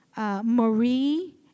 Marie